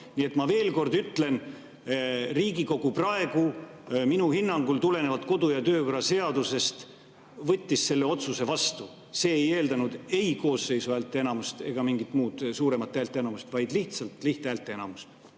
Nii et ma veel kord ütlen: Riigikogu praegu minu hinnangul tulenevalt kodu- ja töökorra seadusest võttis selle otsuse vastu. See ei eeldanud ei koosseisu häälteenamust ega mingit muud suuremat häälteenamust, vaid lihtsalt lihthäälteenamust.